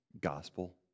gospel